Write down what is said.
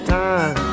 time